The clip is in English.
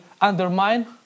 undermine